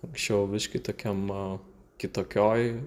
anksčiau biški tokiam kitokioj